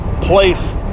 place